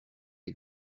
les